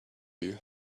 you